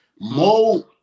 Mo